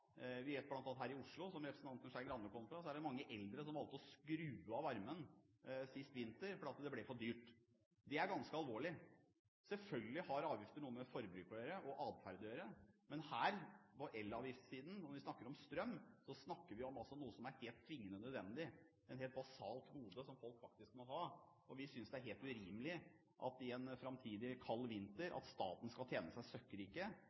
Vi vet bl.a. at her i Oslo, som representanten Skei Grande kommer fra, var det mange eldre som valgte å skru av varmen sist vinter fordi det ble for dyrt. Det er ganske alvorlig. Selvfølgelig har avgifter noe med forbruk og atferd å gjøre, men her, på elavgiftsiden, når vi snakker om strøm, snakker vi om noe som er tvingende nødvendig, et helt basalt gode som folk faktisk må ha. Og vi synes det er helt urimelig at staten i en framtidig kald vinter skal tjene seg